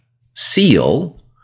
Seal